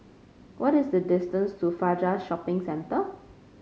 what is the distance to Fajar Shopping Centre